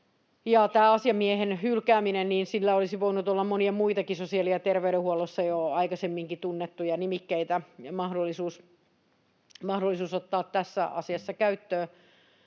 tähän asiamiehen hylkäämiseen sillä olisi voinut olla monia muitakin sosiaali- ja terveydenhuollossa jo aikaisemminkin tunnettuja nimikkeitä ja mahdollisuus ottaa tässä asiassa käyttöön.